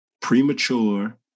premature